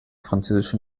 französischen